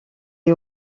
est